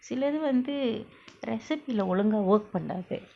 சிலது வந்து:silathu vanthu recipe lah ஒழுங்கா:olunga work பன்னாதை:pannaathai